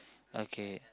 okay